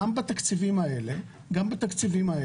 גם בתקציבים האלה,